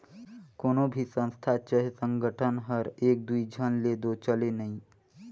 कोनो भी संस्था चहे संगठन हर एक दुई झन ले दो चले नई